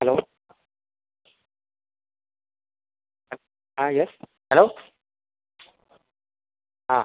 hello हां yes hello हां